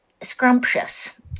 scrumptious